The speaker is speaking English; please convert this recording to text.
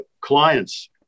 clients